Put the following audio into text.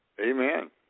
Amen